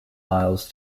miles